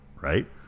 right